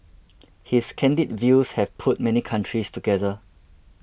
his candid views have put many countries together